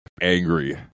angry